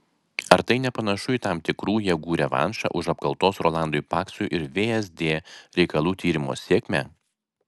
ar tai nepanašu į tam tikrų jėgų revanšą už apkaltos rolandui paksui ir vsd reikalų tyrimo sėkmę